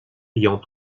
ayant